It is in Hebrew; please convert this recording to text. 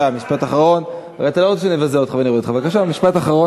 בסדר, אבל אל תעיר הערות שהן בניגוד לתקנון.